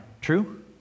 True